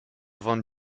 von